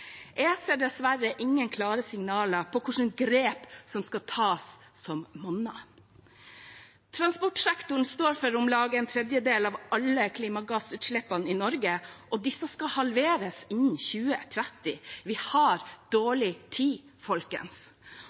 ser dessverre ingen klare signaler om hvilke grep som skal tas som monner. Transportsektoren står for om lag en tredjedel av alle klimagassutslippene i Norge, og disse skal halveres innen 2030. Vi har dårlig tid, folkens!